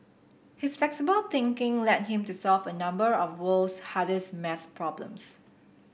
his flexible thinking led him to solve a number of world's hardest maths problems